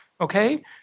okay